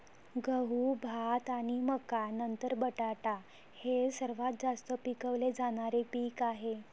गहू, भात आणि मका नंतर बटाटा हे सर्वात जास्त पिकवले जाणारे पीक आहे